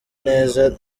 neza